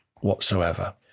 whatsoever